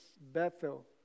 Bethel